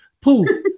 poof